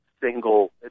single